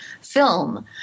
film